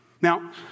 Now